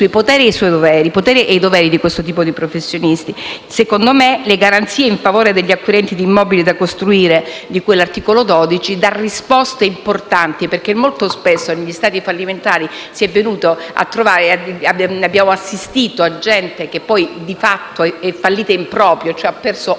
circoscritto i poteri e i doveri di questo tipo di professionisti. Secondo me le garanzie in favore degli acquirenti di immobili da costruire, di cui all'articolo 12, dà risposte importanti. Infatti, molto spesso, negli stadi fallimentari, abbiamo assistito a gente che di fatto è fallita in proprio ed ha perso